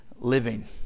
living